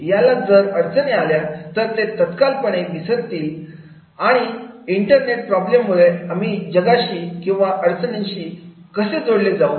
आणि याला जर अडचणी आल्या तर ते तत्काल पणे विचारतील की या इंटरनेट प्रॉब्लेम मुळे आम्ही जगाशी किंवा अडचणींशी कसे जोडले जाऊ